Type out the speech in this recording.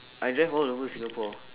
I drive all the whole singapore